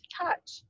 touch